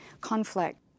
conflict